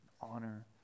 honor